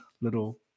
little